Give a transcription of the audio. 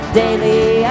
daily